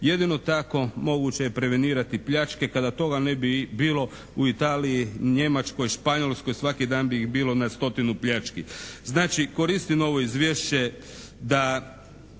Jedino tako moguće je prevenirati pljačke. Kada toga ne bi bilo, u Italiji, Njemačkoj, Španjolskoj svaki dan bi ih bilo na stotinu pljački. Znači koristim ovo izvješće da